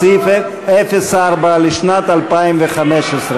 סעיף 04, משרד ראש הממשלה, לשנת התקציב